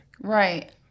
Right